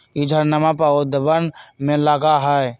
ई झाड़नमा पौधवन में उगा हई